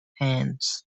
hands